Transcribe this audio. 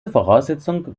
voraussetzung